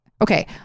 okay